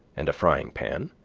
and a frying-pan,